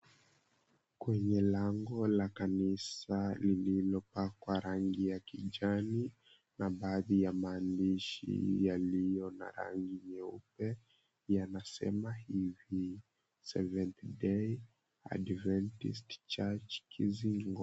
Kwenye lango la kanisa lililopakwa rangi ya kijani na baadhi ya maandishi yaliyo na rangi nyeupe yanasema hivi, "SEVENTHDAY ADVENTIST CHURCH, KIZINGO".